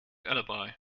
alibi